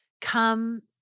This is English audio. come